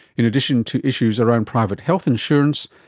in addition to issues around private health insurance,